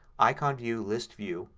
icon view, list view,